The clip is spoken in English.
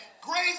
Grace